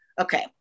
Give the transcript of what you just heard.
okay